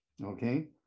okay